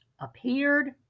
appeared